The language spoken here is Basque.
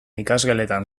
ikasgeletan